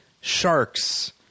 Sharks